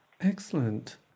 Excellent